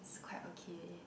it's quite okay